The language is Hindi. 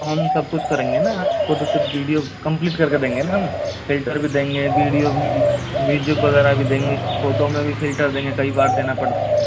हम सब कुछ करेंगे ना आप को तो सिर्फ विडियो कम्प्लीट कर के देंगे ना हम फ़िल्टर भी देंगे विडियो भी म्यूजिक वग़ैरह भी देंगे फोटो में भी फ़िल्टर देंगे कई बार देना पड़ता है